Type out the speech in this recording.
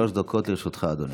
שלוש דקות לרשותך, אדוני.